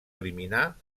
eliminar